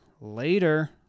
Later